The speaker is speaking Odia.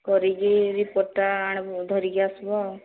କରିକି ରିପୋର୍ଟ୍ଟା ଆଣ ଧରିକି ଆସିବ ଆଉ